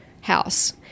house